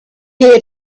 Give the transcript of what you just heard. here